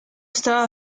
estaba